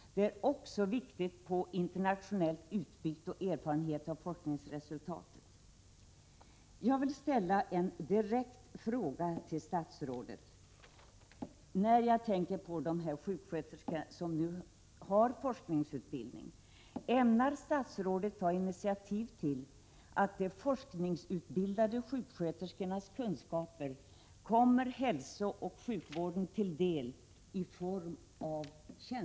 Det är också viktigt med hänsyn till internationellt utbyte och erfarenhet av forskningsresultaten.